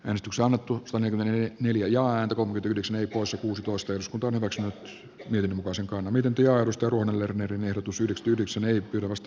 ensto salattu näkymän yliajoaan community disney osakkuus kosteus on myös se miten osinkona miten timo kallin ehdotus yhdistyksellä ei perustu